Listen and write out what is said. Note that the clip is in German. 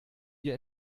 wir